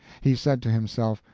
he said to himself,